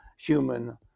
human